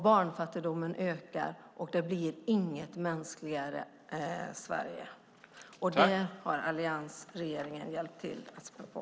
Barnfattigdomen ökar, och det blir inte ett mänskligare Sverige. Det har alliansregeringen hjälpt till att späda på.